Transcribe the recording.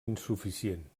insuficient